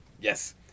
Yes